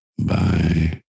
Bye